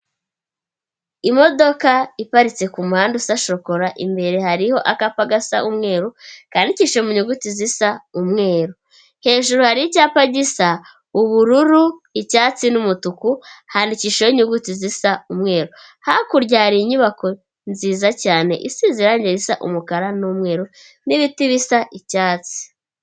Imodoka iparitse ku muhanda usa shokora, imbere hariho akapa gasa umweru kandikishije mu nyuguti zisa umweru, hejuru hari icyapa gisa ubururu, icyatsi n'umutuku handikishijeho inyuguti zisa umweru, hakurya hari inyubako nziza cyane isize irange risha umukara n'umweru n'ibiti bisa icyatsi.